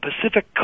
Pacific